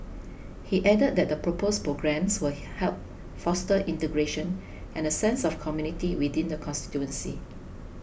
he added that the proposed programmes will help foster integration and a sense of community within the constituency